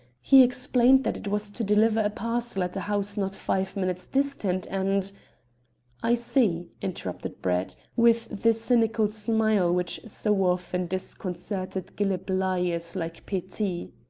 he explained that it was to deliver a parcel at a house not five minutes distant, and i see, interrupted brett, with the cynical smile which so often disconcerted glib liars like petit.